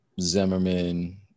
zimmerman